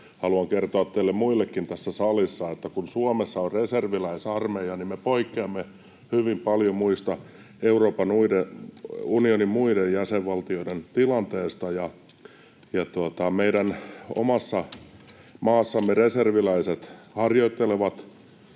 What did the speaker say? haluan kertoa teille muillekin tässä salissa, että kun Suomessa on reserviläisarmeija, niin me poikkeamme hyvin paljon Euroopan unionin muiden jäsenvaltioiden tilanteesta. Meidän omassa maassamme reserviläiset harjoittelevat